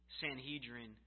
Sanhedrin